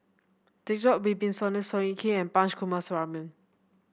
Djoko Wibisono Seow Yit Kin Punch Coomaraswamy